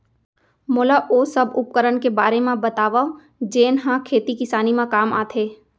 मोला ओ सब उपकरण के बारे म बतावव जेन ह खेती किसानी म काम आथे?